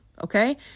Okay